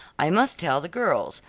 i must tell the girls,